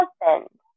husband